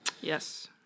Yes